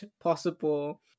possible